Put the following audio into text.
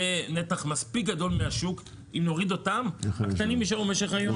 זה נתח מספיק גדול מהשוק אם נוריד אותם והקטנים יישארו במשך היום.